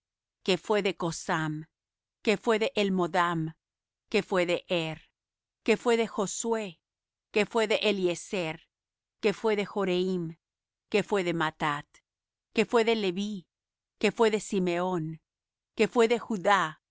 que fué de cosam que fué de elmodam que fué de er que fué de josué que fué de eliezer que fué de joreim que fué de mathat que fué de leví que fué de simeón que fué de judá